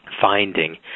finding